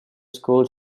school